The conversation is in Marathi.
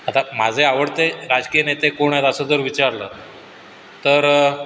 आता माझे आवडते राजकीय नेते कोण आहेत असं जर विचारलं तर